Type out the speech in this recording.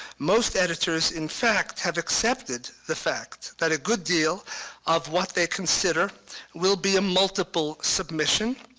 most editors, in fact, have accepted the fact that a good deal of what they consider will be a multiple submission